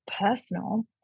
personal